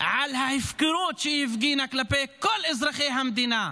על ההפקרות שהיא הפגינה כלפי כל אזרחי המדינה.